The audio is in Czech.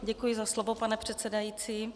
Děkuji za slovo, pane předsedající.